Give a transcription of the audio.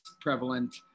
prevalent